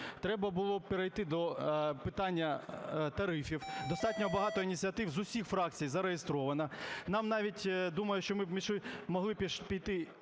Треба було перейти до питання тарифів, достатньо багато ініціатив з усіх фракцій зареєстровано. Нам навіть… Думаю, що ми б могли піти